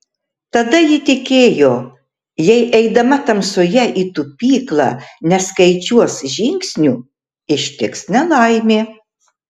tada ji tikėjo jei eidama tamsoje į tupyklą neskaičiuos žingsnių ištiks nelaimė